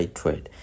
trade